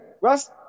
Russ